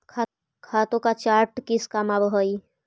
खातों का चार्ट किस काम आवअ हई